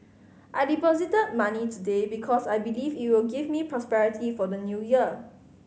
I deposited money today because I believe it will give me prosperity for the New Year